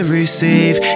receive